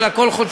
אלא כל חודשיים.